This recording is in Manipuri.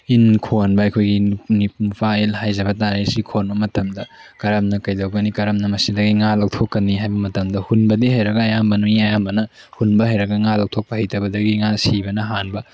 ꯏꯟ ꯈꯣꯟꯕ ꯑꯩꯈꯣꯏꯒꯤ ꯅꯨꯄꯥ ꯏꯜ ꯍꯥꯏꯖꯕ ꯇꯥꯔꯦ ꯁꯤ ꯈꯣꯟꯕ ꯃꯇꯝꯗ ꯀꯔꯝꯅ ꯀꯩꯗꯧꯒꯅꯤ ꯀꯔꯝꯅ ꯃꯁꯤꯗꯒꯤ ꯉꯥ ꯂꯧꯊꯣꯛꯀꯅꯤ ꯍꯥꯏꯕ ꯃꯇꯝꯗ ꯍꯨꯟꯕꯗꯤ ꯍꯩꯔꯒ ꯑꯌꯥꯝꯕꯅ ꯃꯤ ꯑꯌꯥꯝꯕꯅ ꯍꯨꯟꯕ ꯍꯩꯔꯒ ꯉꯥ ꯂꯧꯊꯣꯛꯄ ꯍꯩꯇꯕꯗꯒꯤ ꯉꯥ ꯁꯤꯕꯅ ꯍꯥꯟꯕ